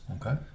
Okay